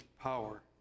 power